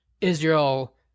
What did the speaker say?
Israel